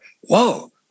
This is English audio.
whoa